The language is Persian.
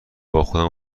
باخودم